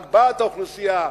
הגבהת האוכלוסייה,